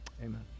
Amen